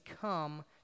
come